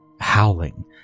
howling